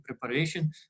preparation